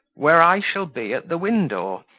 ware i shall be at the windore,